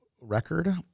Record